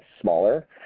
smaller